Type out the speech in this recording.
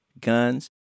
guns